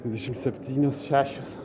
dvidešim septynios šešios